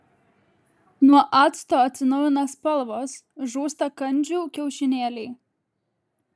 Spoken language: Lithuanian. nuo acto atsinaujina spalvos žūsta kandžių kiaušinėliai